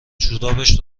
جورابش